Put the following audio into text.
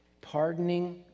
Pardoning